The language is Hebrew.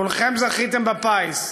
כולכם זכיתם בפיס.